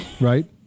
Right